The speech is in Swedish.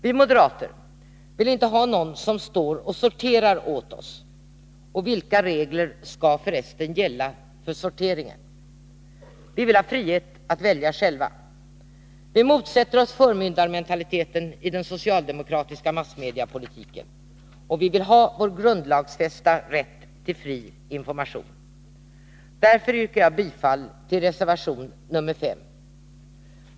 Vi moderater vill inte ha någon som står och sorterar åt oss. Vilka regler skall förresten gälla för sorteringen? Vi vill ha frihet att välja själva. Vi motsätter oss förmyndarmentaliteten i den socialdemokratiska massmediepolitiken, och vi vill ha vår grundlagsfästa rätt till fri information. Därför yrkar jag bifall till reservation nr 5.